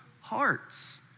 hearts